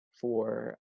for